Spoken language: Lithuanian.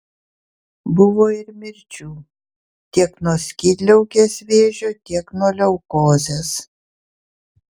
buvo ir mirčių tiek nuo skydliaukės vėžio tiek nuo leukozės